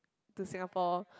to Singapore